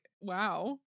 wow